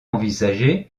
envisagé